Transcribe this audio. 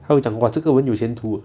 还有讲哇这个人有前途 uh